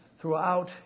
throughout